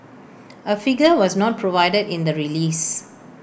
A figure was not provided in the release